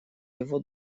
его